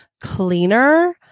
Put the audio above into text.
cleaner